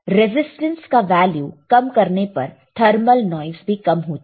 resistance का value कम करने पर थर्मल नॉइस भी कम होता है